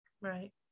Right